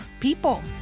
people